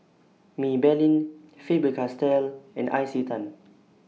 Maybelline Faber Castell and Isetan